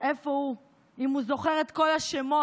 איפה הוא, ואם הוא זוכר את כל השמות